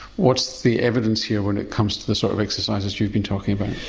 what's the evidence here when it comes to the sort of exercises you've been talking about?